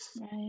Right